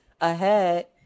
ahead